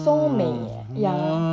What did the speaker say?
so 美 eh ya